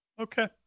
Okay